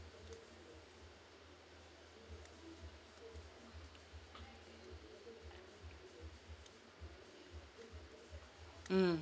mm